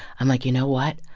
i'm like, you know what?